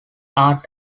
art